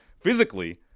physically